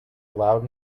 loud